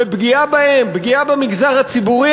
ופגיעה במגזר הציבורי,